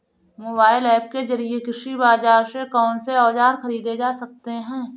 Mobile app के जरिए कृषि बाजार से कौन से औजार ख़रीदे जा सकते हैं?